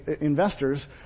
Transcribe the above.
investors